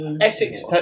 Essex